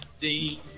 dean